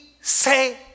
say